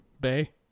bay